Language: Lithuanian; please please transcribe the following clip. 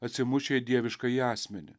atsimušę į dieviškąjį asmenį